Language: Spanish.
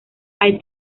hay